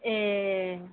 ए